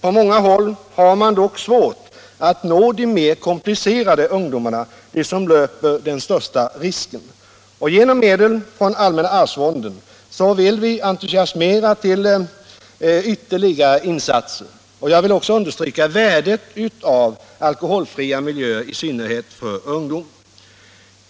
På många håll har man dock svårt att nå de mer komplicerade ungdomarna, de som löper den största risken. Genom medel från allmänna arvsfonden vill vi entusiasmera till ytterligare insatser. Jag vill också understryka värdet av alkoholfria miljöer i synnerhet för ungdom.